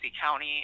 County